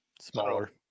smaller